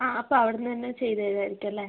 ആ അപ്പോൾ അവിടുന്ന് തന്നെ ചെയ്തു തരുവായിരിക്കും അല്ലേ